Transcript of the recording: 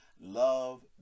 Love